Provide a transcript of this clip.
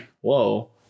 Whoa